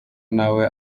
nawe